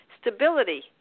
stability